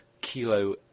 Kilo